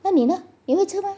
那你呢你会吃吗